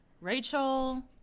Rachel